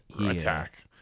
attack